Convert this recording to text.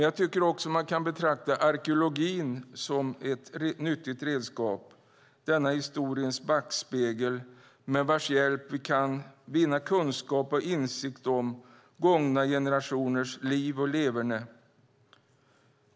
Jag tycker också att man kan betrakta arkeologin som ett nyttigt redskap, denna historiens backspegel med vars hjälp vi kan vinna kunskap och insikt om gångna generationers liv och leverne.